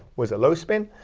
was a low spin,